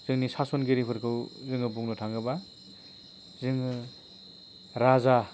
जोंनि सासनगिरिफोरखौ जोङो बुंनो थाङोबा जोङो राजा